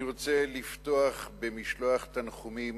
אני רוצה לפתוח במשלוח תנחומים